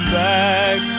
back